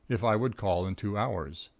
if i would call in two hours.